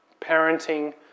parenting